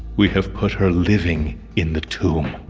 we have put her living in the tomb.